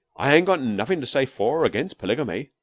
i ain't got nothin' to say for or against polygamy.